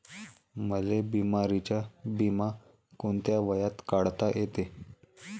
मले बिमारीचा बिमा कोंत्या वयात काढता येते?